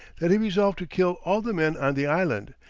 that he resolved to kill all the men on the island,